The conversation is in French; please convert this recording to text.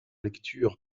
lectures